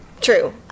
True